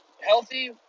healthy